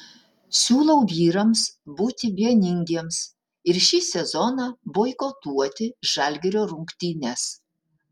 siūlau vyrams būti vieningiems ir šį sezoną boikotuoti žalgirio rungtynes